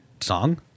song